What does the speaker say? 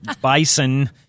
bison